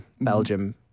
Belgium